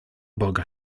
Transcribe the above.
boga